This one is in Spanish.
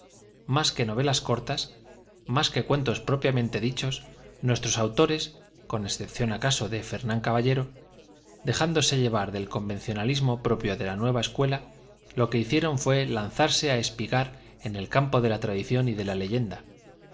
más que novelas cortas más que cuentos propiamente dichos nuestros autores con excepción acaso de ferruin caballero dejándose llevar del convencionalismo propio de la nueva escuela lo que hicieron fué lanzarse á espigar en el campo de la tradición y de la leyenda